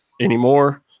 anymore